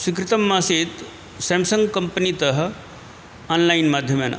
स्वीकृतमासीत् सेम्सङ्ग् कम्पनितः आन्लैन्माध्यमेन